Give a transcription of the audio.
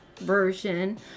version